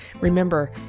Remember